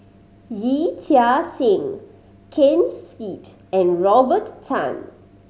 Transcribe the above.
Yee Chia Hsing Ken Seet and Robert Tan